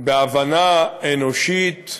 בהבנה אנושית,